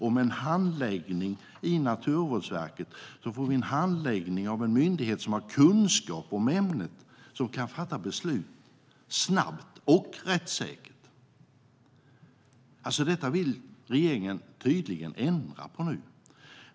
Med en handläggning i Naturvårdsverket får vi en handläggning av en myndighet som har kunskap om ämnet och som kan fatta beslut snabbt och rättssäkert. Detta vill regeringen tydligen ändra på nu.